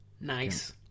nice